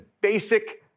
basic